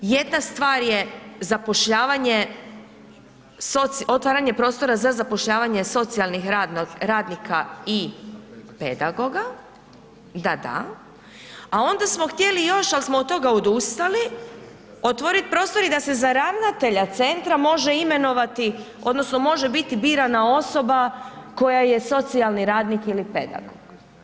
Jedna stvar je otvaranje prostora za zapošljavanje socijalnih radnika i pedagoga, da, da, a onda smo htjeli još ali smo od toga odustali, otvorit prostor i da se ravnatelja centra može imenovati odnosno može biti birana osoba koja je socijalni radnik ili pedagog.